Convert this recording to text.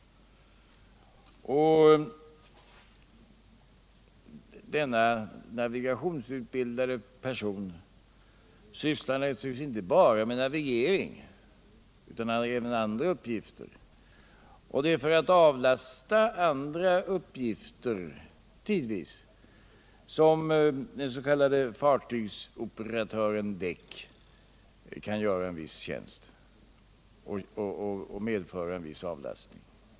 Denna navigationsutbildade person sysslar naturligtvis inte bara med navigering, utan han har även andra uppgifter. Och den s.k. fartygsoperatören/däck kan tidvis tjänstgöra i andra uppgifter, vilket medför en viss avlastning.